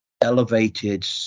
elevated